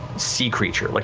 sea creature. like